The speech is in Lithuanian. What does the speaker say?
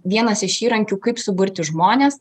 vienas iš įrankių kaip suburti žmones